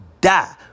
die